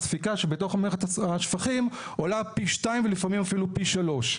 הספיקה שבתוך מערכת השפכים עולה פי שניים ולפעמים אפילו פי שלוש,